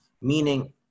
Meaning